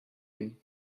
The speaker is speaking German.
nehmen